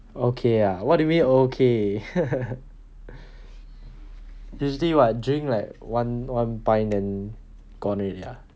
okay ah what do you mean usually what drink like one one pint then gone already ah